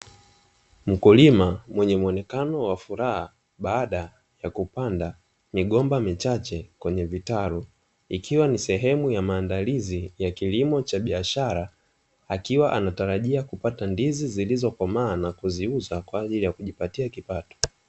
Mkulima mwenye muonekano wa furaha baada ya kupanda migomba michache kwenye vitalu, ikiwa ni sehemu ya maandalizi ya kilimo cha biashara akiwa anatarajia kupata ndizi zilizokomaa na kuziuza kwa ajili ya kujipatia kipato.